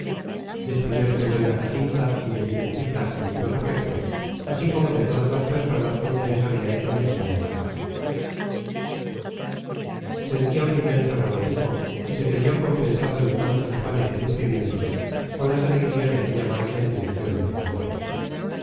despidiose de doña jacinta y de vicentita con vivos afectos así como de todas las personas con quienes había hecho amistad en la casa sentía un inmenso regocijo y se creyó compensado de tantos afanes y sufrimientos con las alegrías de aquella marcha en dirección de sus amores